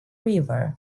river